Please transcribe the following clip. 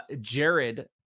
Jared